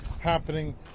happening